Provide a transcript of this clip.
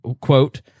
quote